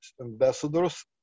ambassadors